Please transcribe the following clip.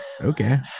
Okay